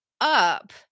up